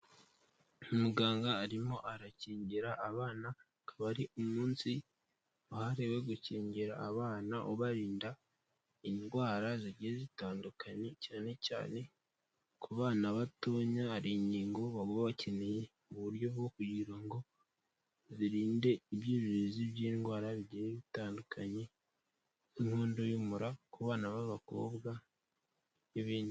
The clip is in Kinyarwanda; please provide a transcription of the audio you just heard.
Umuganga arimo arakingira abana, akaba ari umunsi wahariwe gukingira abana ubarinda indwara zigiye zitandukanye, cyane cyane ku bana batonya hari inkingo baba bakeneye, mu buryo bwo kugira ngo zirinde ibyuririzi by'indwara zigiye zitandukanye nk'inkondo y'umura ku bana b'abakobwa n'ibindi.